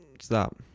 Stop